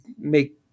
make